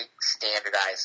standardized